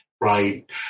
right